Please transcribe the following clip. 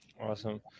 Awesome